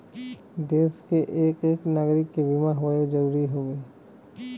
देस के एक एक नागरीक के बीमा होए जरूरी हउवे